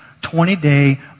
20-day